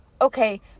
okay